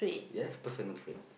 yes personal trait